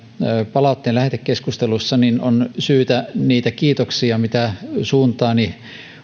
palautteen lähetekeskustelussa on syytä niitä kiitoksia joita suuntaani